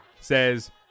says